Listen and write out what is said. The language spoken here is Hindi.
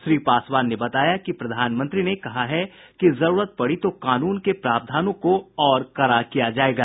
श्री पासवान ने बताया कि प्रधानमंत्री ने कहा है कि जरूरत पड़ी तो कानून के प्रावधानों को और कड़ा किया जायेगा